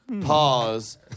pause